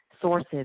sources